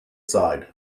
side